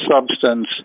substance